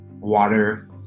water